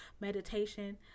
meditation